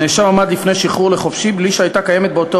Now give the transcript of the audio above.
הנאשם עמד לפני שחרור לחופשי בלי שהייתה קיימת באותו